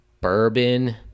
bourbon